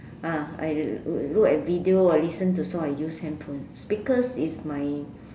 ah I look at video I listen to songs I use handphone speakers is my